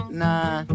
nah